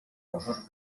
usos